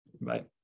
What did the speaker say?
bye